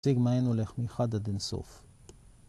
סיגמא N הולך מאחד עד אינסוף